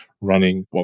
running